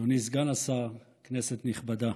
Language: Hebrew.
אדוני סגן השר, כנסת נכבדה,